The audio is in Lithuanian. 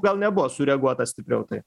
gal nebuvo sureaguota stipriau tai